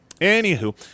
Anywho